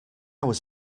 was